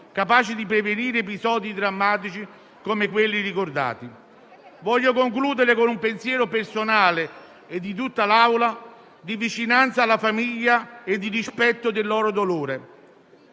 capaci di prevenire episodi drammatici come quelli ricordati. Voglio concludere con un pensiero personale e di tutta l'Assemblea, esprimendo vicinanza alla famiglia e rispetto per il loro dolore.